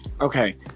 okay